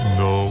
no